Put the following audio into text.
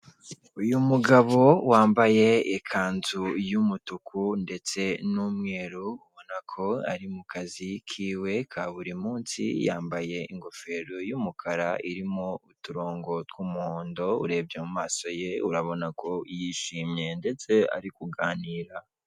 Uyu mugabo wambaye ikanzu y'umutuku ndetse n'umweru, ubona ko ari mu kazi kiwe ka buri munsi, yambaye ingofero y'umukara irimo uturongo tw'umuhondo, urebye mu maso ye urabona ko yishimye ndetse ari kuganira.